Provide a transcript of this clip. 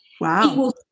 Wow